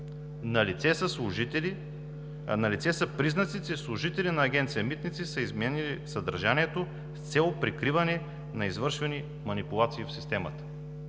Налице са признаци, че служители на Агенция „Митници“ са изменили съдържанието с цел прикриване на извършвани манипулации в системата.